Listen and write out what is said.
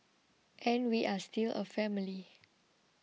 and we are still a family